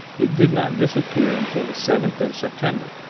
it did not disappear until the seventh of september,